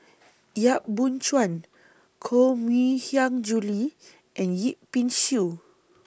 Yap Boon Chuan Koh Mui Hiang Julie and Yip Pin Xiu